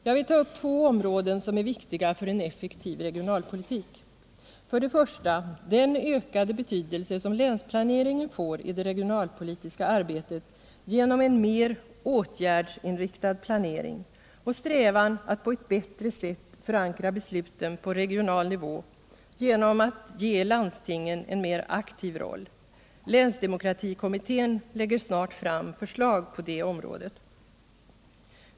Jag vill ta upp två områden som är viktiga för en effektiv regionalpolitik: Det gäller först och främst den ökade betydelse som länsplaneringen får i det regionalpolitiska arbetet genom en mer åtgärdsinriktad planering och strävan att på ett bättre sätt förankra besluten på regional nivå, genom att ge landstingen en mer aktiv roll. Länsdemokratikommittén lägger snart fram förslag på det området.